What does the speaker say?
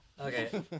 Okay